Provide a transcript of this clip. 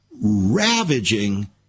ravaging